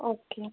okay